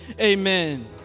Amen